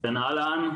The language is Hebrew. מודי שרפסקי.